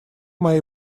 моей